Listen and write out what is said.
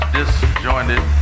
disjointed